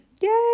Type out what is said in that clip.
yay